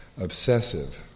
obsessive